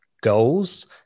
goals